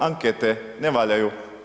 Ankete, ne valjaju.